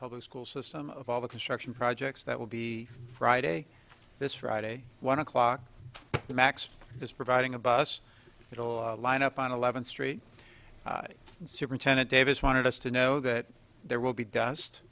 public school system of all the construction projects that will be friday this friday one o'clock the max is providing a bus line up on eleventh street superintendent davis wanted us to know that there will be dust